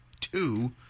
two